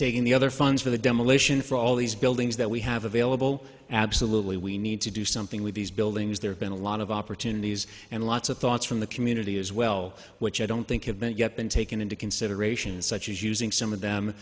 taking the other funds for the demolition for all these buildings that we have available absolutely we need to do something with these buildings there have been a lot of opportunities and lots of thoughts from the community as well which i don't think have met yet been taken into consideration such as using some of them